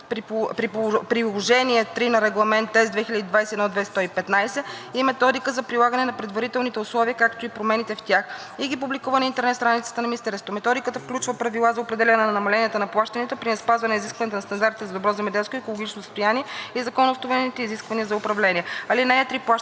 по приложение III на Регламент (ЕС) 2021/2115 и методика за прилагане на предварителните условия, както и промените в тях, и ги публикува на интернет страницата на министерството. Методиката включва правила за определяне на намаленията на плащанията при неспазване на изискванията на стандартите за добро земеделско и екологично състояние и законоустановените изисквания за управление. (3) Плащанията